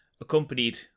accompanied